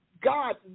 God